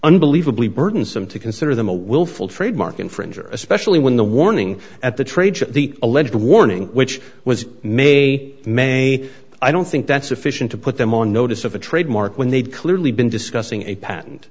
unbelievably burdensome to consider them a willful trademark infringers especially when the warning at the trade the alleged warning which was may or may i don't think that's sufficient to put them on notice of a trademark when they'd clearly been discussing a p